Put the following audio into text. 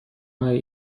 های